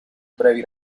brevi